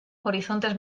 horizontes